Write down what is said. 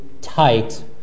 tight